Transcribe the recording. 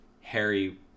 Harry